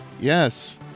Yes